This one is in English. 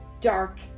dark